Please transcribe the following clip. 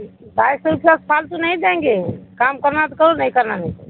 بائیس سو روپیہ نہیں دیں گے کام کرنا تو کر نہیں کرنا نہیں